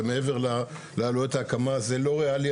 ומעבר לעליות הקמה זה לא ריאלי,